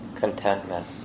contentment